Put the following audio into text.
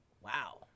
Wow